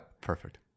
Perfect